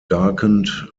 darkened